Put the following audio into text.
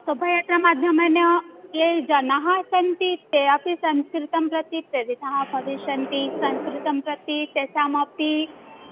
शोभायात्रामाध्यमेन ये जनाः सन्ति ते अपि संस्कृतं प्रति प्रेरिताः भविष्यन्ति संस्कृतं प्रति तेषामपि